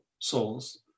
souls